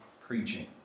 preaching